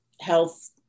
health